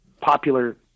popular